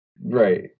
right